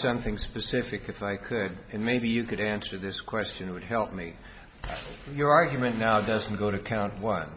something specific if i could and maybe you could answer this question would help me your argument now doesn't go to count one